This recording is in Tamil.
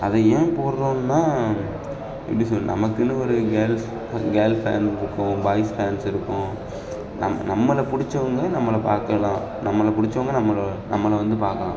அதை ஏன் போடுறோன்னா எப்படி சொல் நமக்குன்னு ஒரு கேர்ள்ஸ் இப்போ கேர்ள் ஃபேன் இருக்கும் பாய்ஸ் ஃபேன்ஸ் இருக்கும் நம் நம்ம பிடிச்சவங்க நம்ம பார்க்கலாம் நம்ம பிடிச்சவங்க நம்ம நம்ம வந்து பார்க்கலாம்